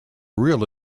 real